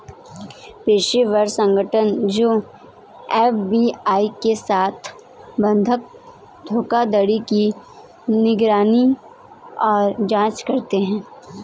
पेशेवर संगठन जो एफ.बी.आई के साथ बंधक धोखाधड़ी की निगरानी और जांच करते हैं